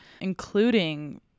including